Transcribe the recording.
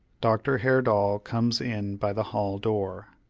dr. herdal comes in by the hall-door.